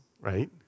right